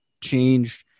changed